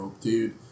dude